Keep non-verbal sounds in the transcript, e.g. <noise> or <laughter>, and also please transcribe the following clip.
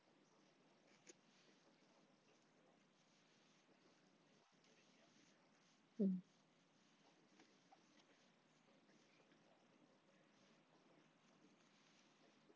<noise> mm